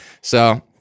So-